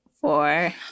four